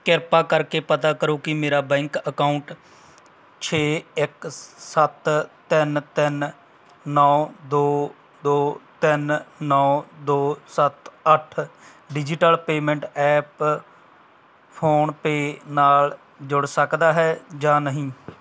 ਕ੍ਰਿਪਾ ਕਰਕੇ ਪਤਾ ਕਰੋ ਕਿ ਮੇਰਾ ਬੈਂਕ ਅਕਾਊਂਟ ਛੇ ਇੱਕ ਸੱਤ ਤਿੰਨ ਤਿੰਨ ਨੌਂ ਦੋ ਦੋ ਤਿੰਨ ਨੌਂ ਦੋ ਸੱਤ ਅੱਠ digital payment app PhonePe ਨਾਲ ਜੁੜ ਸਕਦਾ ਹੈ ਜਾਂ ਨਹੀਂ